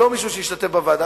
לא מישהו שהשתתף בוועדה,